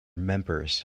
members